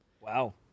Wow